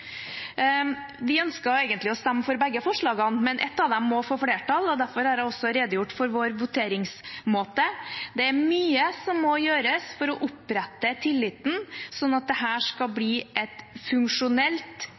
Vi ønsket egentlig å stemme for begge forslagene, men ett av dem må få flertall, og derfor har jeg også redegjort for vår voteringsmåte. Det er mye som må gjøres for å opprette tilliten sånn at dette skal bli et funksjonelt